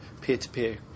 peer-to-peer